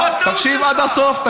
תקשיב עד הסוף.